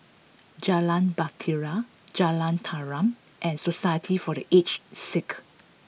Jalan Bahtera Jalan Tarum and Society for the Aged Sick